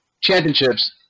championships